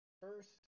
first